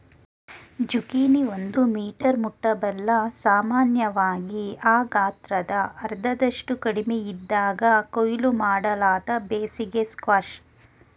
zucchini ಒಂದು metre ಮುಟ್ಟಬಲ್ಲ ಸಾಮಾನ್ಯವಾಗಿ ಆ ಗಾತ್ರದ ಅರ್ಧದಷ್ಟು ಕಡಿಮೆಯಿದ್ದಾಗ ಕೊಯ್ಲು ಮಾಡಲಾದ ಬೇಸಿಗೆ ಸ್ಕ್ವಾಷ್